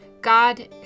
God